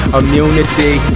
immunity